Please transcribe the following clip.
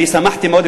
אני שמחתי מאוד,